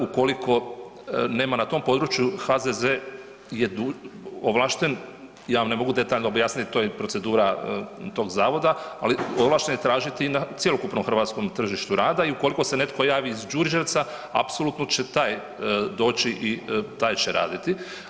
Ukoliko nema na tom području, HZZ je .../nerazumljivo/... ovlašten, ja vam ne mogu detaljno objasniti, to je procedura tog Zavoda, ali ovlašten je tražiti na cjelokupnom hrvatskom tržištu rada i ukoliko se netko javi iz Đurđevca, apsolutno će taj doći i taj će raditi.